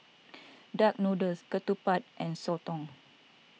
Duck Noodles Ketupat and Soto